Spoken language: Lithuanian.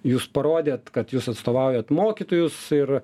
jūs parodėt kad jūs atstovaujat mokytojus ir